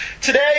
Today